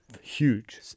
Huge